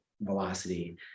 velocity